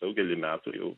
daugelį metų jau